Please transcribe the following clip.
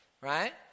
right